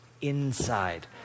inside